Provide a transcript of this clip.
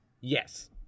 Yes